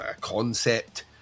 concept